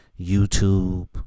YouTube